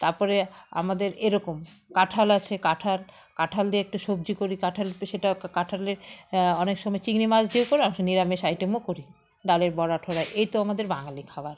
তারপরে আমাদের এরকম কাঁঠাল আছে কাঁঠাল কাঁঠাল দিয়ে একটু সবজি করি কাঁঠাল সেটা কাঁঠালের অনেক সময় চিংড়ি মাছ দিয়েও কর আম নিরামিষ আইটেমও করি ডালের বড়া টড়া এই তো আমাদের বাঙালি খাবার